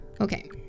okay